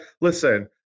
listen